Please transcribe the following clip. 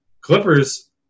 Clippers